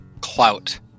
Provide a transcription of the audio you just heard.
clout